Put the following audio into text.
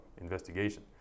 investigation